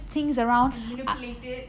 and manipulate it